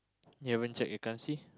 you haven't check your currency